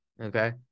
okay